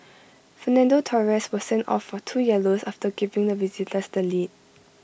Fernando Torres was sent off for two yellows after giving the visitors the lead